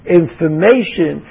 information